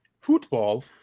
Football